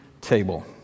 table